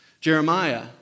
Jeremiah